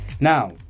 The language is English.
Now